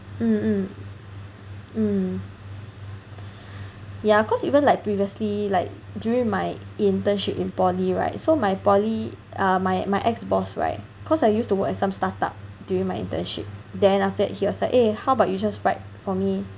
mm mm mm ya cause even like previously like during my internship in poly right so my poly uh my my ex boss right cause I used to work at some startup during my internship then after that he was like eh how about you just write for me